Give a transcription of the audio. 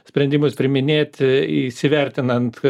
sprendimus priiminėti įsivertinant